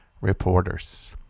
reporters